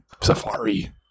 Safari